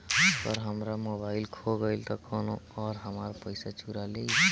अगर हमार मोबइल खो गईल तो कौनो और हमार पइसा चुरा लेइ?